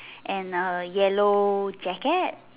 and a yellow jacket